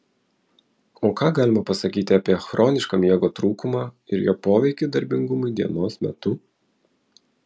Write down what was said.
o ką galima pasakyti apie chronišką miego trūkumą ir jo poveikį darbingumui dienos metu